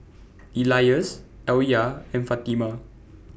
Elyas Alya and Fatimah